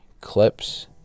clips